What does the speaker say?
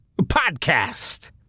podcast